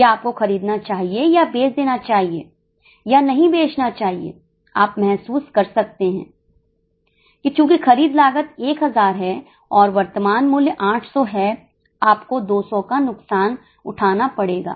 क्या आपको खरीदना चाहिए या बेच देना चाहिए या नहीं बेचना चाहिए आप महसूस कर सकते हैं कि चूंकि खरीद लागत 1000 है और वर्तमान मूल्य 800 है आपको 200 का नुकसान उठाना पड़ेगा